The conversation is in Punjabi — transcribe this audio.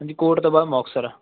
ਹਾਂਜੀ ਕੋਟ ਤੋਂ ਬਾਅਦ ਮੁਕਤਸਰ